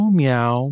meow